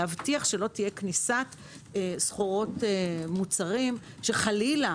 להבטיח שלא תהיה כניסה של סחורות ומוצרים שחלילה,